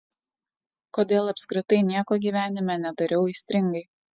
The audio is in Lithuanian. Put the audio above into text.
kodėl apskritai nieko gyvenime nedariau aistringai